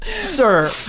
Sir